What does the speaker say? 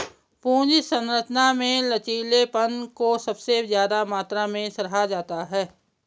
पूंजी संरचना में लचीलेपन को सबसे ज्यादा मात्रा में सराहा जाता है